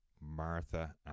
Martha